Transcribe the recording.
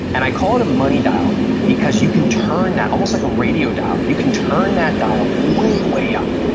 and i call it a money dial because you can turn that almost like a radio dial. you can turn that dial way, way up.